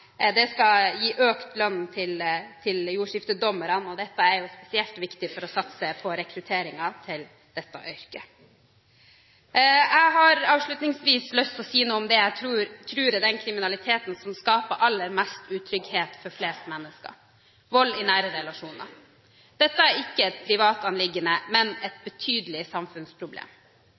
Det skal gi økt lønn til jordskiftedommerne, og dette er spesielt viktig for å satse på rekrutteringen til dette yrket. Jeg har avslutningsvis lyst til å si noe om det jeg tror er den kriminaliteten som skaper aller mest utrygghet for flest mennesker – vold i nære relasjoner. Dette er ikke et privat anliggende, men et betydelig samfunnsproblem.